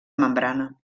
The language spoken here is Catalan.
membrana